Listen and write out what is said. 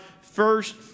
first